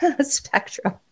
spectrum